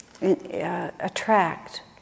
attract